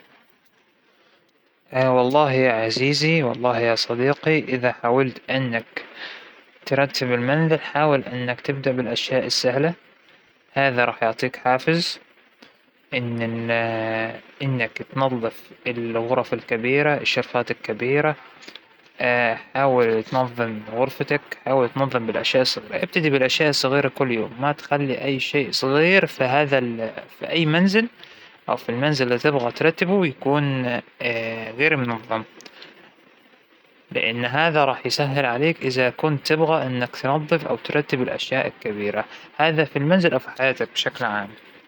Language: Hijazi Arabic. تبي تكون مرتب ونظيف اللى تساويه اللي تاخذه بترجه محله الشيء الموسخ بتغسله, ما بتترك صحن موسخ بالمطبخ بتغسله، ما بتترك كاسة وسخة بتغسلها، خدت ملابسك بترجعها للخزانة، أو بت بترميها بالغسالة حتى الله يعزك الحذاء تبعك بترجعوا عامحله، ال الكنباية دائماً مرتبة، كل شيء يكون بمحله الصحيح.